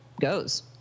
goes